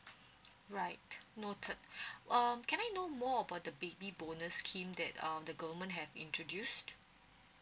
right noted um can I know more about the baby bonus scheme that um the government have introduced